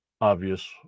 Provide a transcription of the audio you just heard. obvious